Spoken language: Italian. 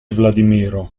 vladimiro